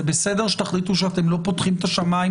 זה בסדר שתחליטו שאתם לא פותחים את השמיים